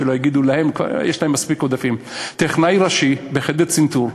שלא יגידו "יש להם מספיק עודפים" טכנאי ראשי בחדר צנתור,